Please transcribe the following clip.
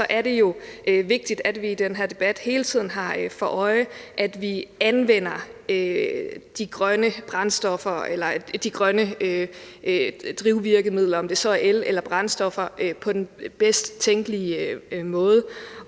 er det jo vigtigt, at vi i den her debat hele tiden holder os for øje, at vi anvender de grønne drivmidler – om det så er el eller brændstoffer – på den bedst tænkelige måde.